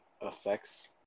effects